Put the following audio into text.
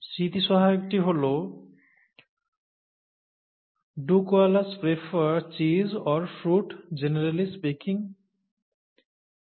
স্মৃতিসহায়কটি হল 'Do Koalas Prefer Cheese Or Fruit Generally Speaking'